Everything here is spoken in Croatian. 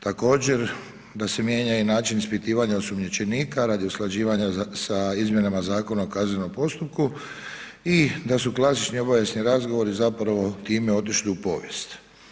Također, da se mijenja i način ispitivanja osumnjičenika radi usklađivanja sa izmjenama Zakona o kaznenom postupku i da su klasični obavijesni razgovori zapravo time otišli u povijest.